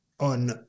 On